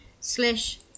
slash